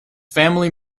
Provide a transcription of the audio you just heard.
family